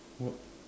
what